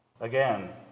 Again